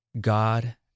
God